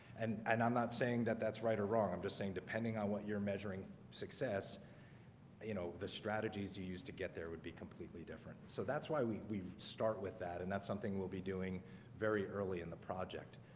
and and i'm not saying that that's right or wrong. i'm just saying depending on what you're measuring success you know the strategies you use to get there would be completely different so that's why we we start with that and that's something we'll be doing very early in the project